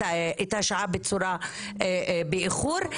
אורית,